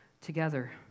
together